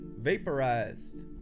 Vaporized